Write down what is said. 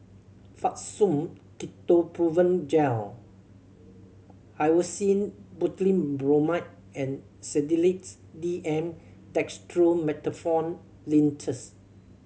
Fastum Ketoprofen Gel Hyoscine Butylbromide and Sedilix D M Dextromethorphan Linctus